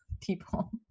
people